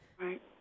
right